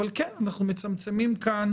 אבל אנחנו מצמצמים כאן